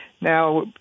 Now